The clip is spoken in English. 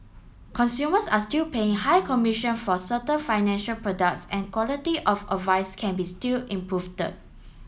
consumers are still paying high commissions for certain financial products and quality of advice can be improve